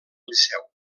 liceu